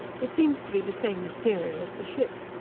it seems to be the same material as the ship.